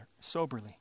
soberly